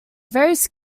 various